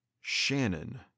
Shannon